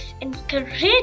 encourage